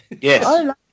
Yes